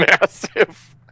Massive